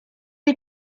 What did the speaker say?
you